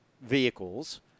vehicles